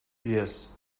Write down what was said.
yes